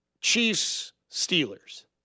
Chiefs-Steelers